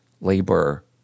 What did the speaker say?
labor